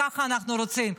ככה אנחנו רוצים.